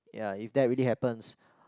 ya if that really happens